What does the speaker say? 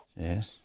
Yes